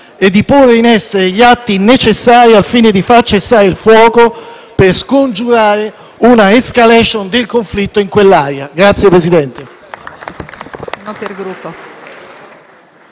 e di porre in essere gli atti necessari al fine di far cessare il fuoco e per scongiurare una *escalation* del conflitto in quell'area.*(Applausi